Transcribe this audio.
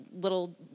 little